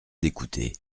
d’écouter